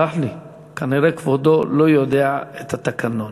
סלח לי, כנראה כבודו לא יודע את התקנון.